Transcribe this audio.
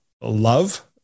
love